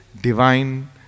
divine